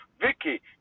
Vicky